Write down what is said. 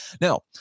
Now